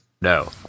No